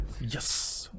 Yes